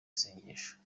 isengesho